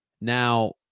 Now